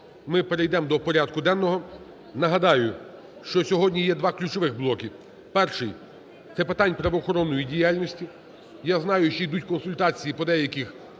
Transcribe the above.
ми перейдемо до порядку денного. Нагадаю, що сьогодні є два ключових блоки: перший – це питань правоохоронної діяльності. Я знаю, ще йдуть консультації по деяких